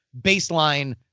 baseline